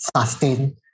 sustain